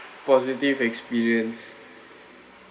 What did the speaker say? positive experience